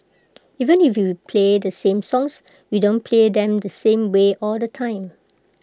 even if we play the same songs we don't play them the same way all the time